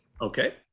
Okay